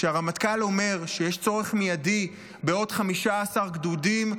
כשהרמטכ"ל אומר שיש צורך מיידי בעוד 15 גדודים,